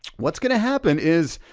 what's gonna happen is,